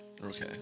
Okay